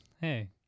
hey